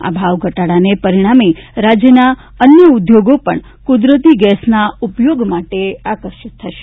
આ ભાવ ઘટાડાને પરિણામે રાજ્યના અન્ય ઉદ્યોગ પગ્ન કુદરતી ગેસના ઉપયોગ માટે આકર્ષિત થશે